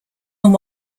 than